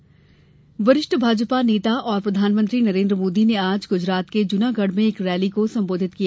राहुल नामांकन वरिष्ठ भाजपा नेता और प्रधानमंत्री नरेन्द्र मोदी ने आज गुजरात के जूनागढ़ में एक रैली को संबोधित किया